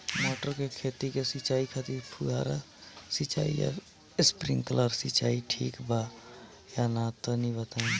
मटर के खेती के सिचाई खातिर फुहारा सिंचाई या स्प्रिंकलर सिंचाई ठीक बा या ना तनि बताई?